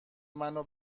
منو